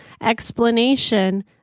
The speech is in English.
explanation